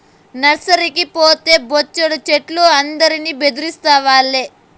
నర్సరీకి పోతే బొచ్చెడు చెట్లు అందరిని దేబిస్తావేల